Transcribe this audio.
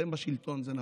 אתם בשלטון, זה נכון,